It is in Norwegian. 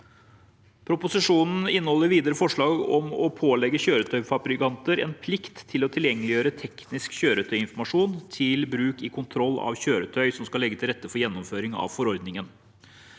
Proposisjonen inneholder videre forslag om å pålegge kjøretøyfabrikanter en plikt til å tilgjengeliggjøre teknisk kjøretøyinformasjon til bruk i kontroll av kjøretøy, som skal legge til rette for gjennomføring av forordningen.